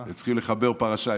הם צריכים לחבר פרשה.